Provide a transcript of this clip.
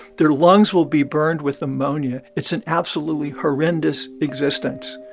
their lungs will be burned with ammonia. it's an absolutely horrendous existence.